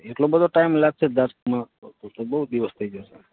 એટલો બધો ટાઈમ લાગશે દાંતમાં એ તો બહુ દિવસ થઇ જશે